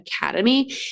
academy